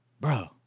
bro